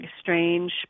strange